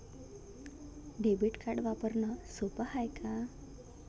Debit card वापरणं सोप हाय का?